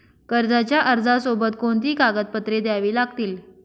कर्जाच्या अर्जासोबत कोणती कागदपत्रे द्यावी लागतील?